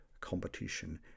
competition